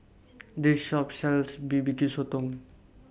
This Shop sells B B Q Sotong